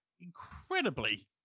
incredibly